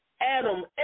Adam